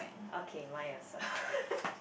okay mine also